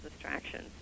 distractions